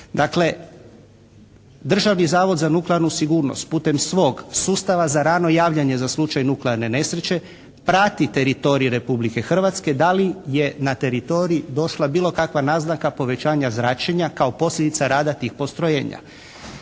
Dakle, Državni zavod za nuklearnu sigurnost putem svog sustava za rano javljanje za slučaj nuklearne nesreće prati teritorij Republike Hrvatske da li je na teritorij došla bilo kakva naznaka povećanja zračenja kao posljedica rada tih postrojenja.